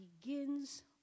begins